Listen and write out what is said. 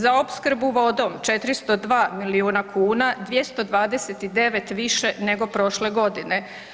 Za opskrbu vodom 402 miliona kuna, 229 više nego prošle godine.